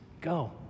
Go